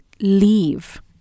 leave